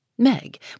Meg